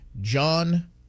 John